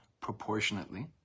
proportionately